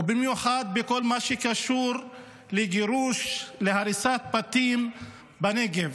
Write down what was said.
ובמיוחד בכל מה שקשור לגירוש ולהריסת בתים בנגב.